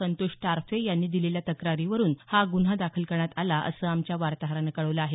संतोष टारफे यांनी दिलेल्या तक्रारीवरून हा गुन्हा दाखल करण्यात आला असं आमच्या वार्ताहरानं कळवलं आहे